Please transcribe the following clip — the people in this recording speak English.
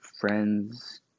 friends